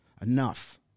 Enough